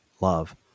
love